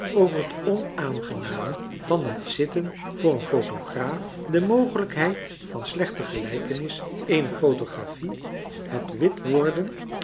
over het onaangename van het zitten voor een photograaf de mogelijkheid van slechte gelijkenis eener photographie het wit worden